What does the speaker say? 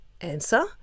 Answer